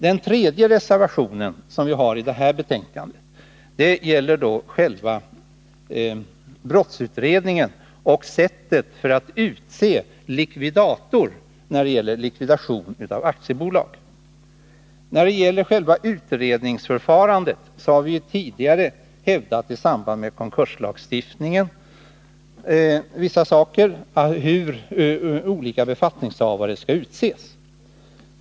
Vår tredje reservation vid detta betänkande gäller själva brottsutredningen och sättet att utse likvidator när det gäller likvidation av aktiebolag. I fråga om själva utredningsförfarandet har vi ju tidigare, i samband med konkurslagstiftningen, hävdat vissa saker, bl.a. beträffande hur olika befattningshavare skall utses.